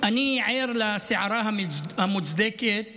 אני ער לסערה המוצדקת